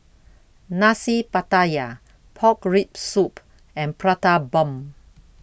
Nasi Pattaya Pork Rib Soup and Prata Bomb